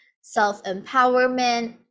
self-empowerment